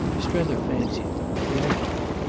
strether fancied them, liked them,